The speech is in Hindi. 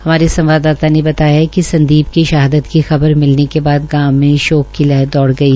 हमारे संवाददाता ने बताया है कि संदीप की शहादत की खबर मिलते के बाद गांव में शोक की लहर दौड़ गई